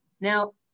Now